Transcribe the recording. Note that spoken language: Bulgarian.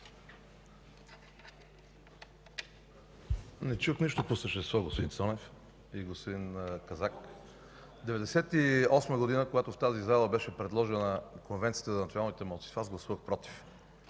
Не чух нищо по същество, господин Цонев и господин Казак. В 1998 г., когато в тази зала беше предложена Конвенцията за националните малцинства, аз гласувах „против”.